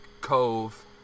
Cove